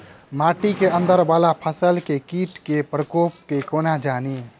माटि केँ अंदर वला फसल मे कीट केँ प्रकोप केँ कोना जानि?